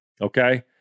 Okay